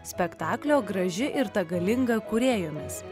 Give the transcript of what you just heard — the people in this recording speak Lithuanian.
spektaklio graži ir ta galinga kūrėjomis